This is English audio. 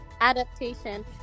adaptation